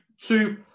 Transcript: two